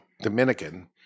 Dominican